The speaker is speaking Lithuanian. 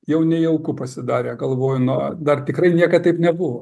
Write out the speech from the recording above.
jau nejauku pasidarė galvoju nu dar tikrai niekad taip nebuvo